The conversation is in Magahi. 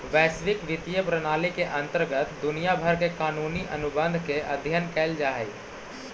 वैश्विक वित्तीय प्रणाली के अंतर्गत दुनिया भर के कानूनी अनुबंध के अध्ययन कैल जा हई